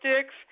sticks